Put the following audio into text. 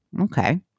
Okay